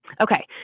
Okay